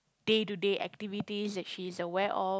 day to day activities that she's aware of